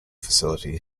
facility